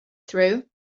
through